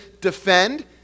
defend